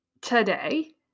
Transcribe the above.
today